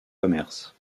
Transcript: commerce